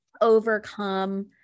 overcome